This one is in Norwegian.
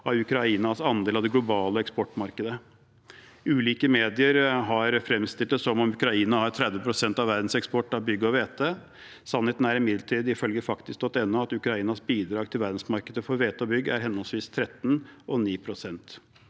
av Ukrainas andel av de globale eksportmarkedet. Ulike medier har fremstilt det som om Ukraina har 30 pst. av verdens eksport av bygg og hvete. Sannheten er imidlertid, ifølge faktisk.no, at Ukrainas bidrag til verdensmarkedet for hvete og bygg er henholdsvis 13 pst.